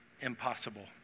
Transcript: impossible